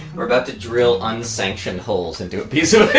we're about to drill unsanctioned holes into a